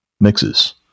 mixes